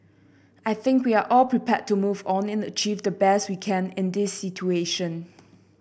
I think we are all prepared to move on and achieve the best we can in this situation